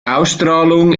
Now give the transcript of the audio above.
ausstrahlung